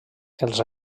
els